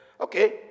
okay